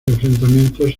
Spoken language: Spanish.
enfrentamientos